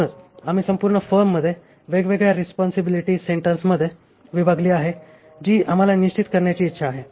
म्हणूनच आम्ही संपूर्ण फर्म वेगवेगळ्या रिस्पॉन्सिबिलिटी सेंटर्समध्ये विभागली आहे जी आम्हाला निश्चित करण्याची इच्छा आहे